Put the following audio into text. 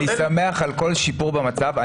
אני שמח על כל שיפור במצב.